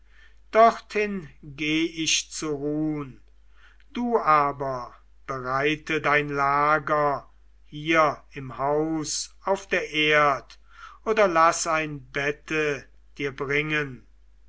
dorthin geh ich zu ruhn du aber bereite dein lager hier im haus auf der erd oder laß ein bette dir bringen